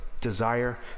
desire